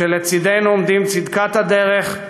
כשלצדנו עומדים צדקת הדרך,